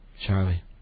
Charlie